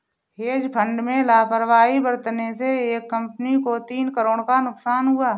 hedge fund में लापरवाही बरतने से एक कंपनी को तीन करोड़ का नुकसान हुआ